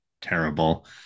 terrible